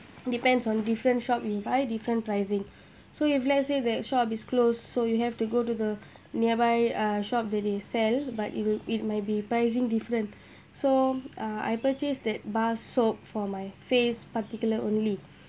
depends on different shop nearby different pricing so if let's say that shop is closed so you have to go to the nearby uh shop that they sell but it will it might be pricing different so uh I purchased that bar soap for my face particular only